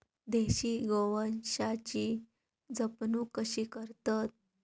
देशी गोवंशाची जपणूक कशी करतत?